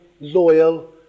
loyal